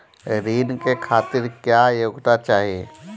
ऋण के खातिर क्या योग्यता चाहीं?